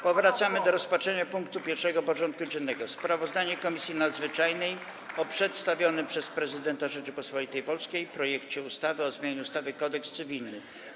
Powracamy do rozpatrzenia punktu 1. porządku dziennego: Sprawozdanie Komisji Nadzwyczajnej o przedstawionym przez Prezydenta Rzeczypospolitej Polskiej projekcie ustawy o zmianie ustawy Kodeks cywilny.